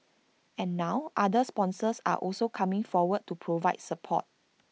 and now other sponsors are also coming forward to provide support